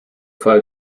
fall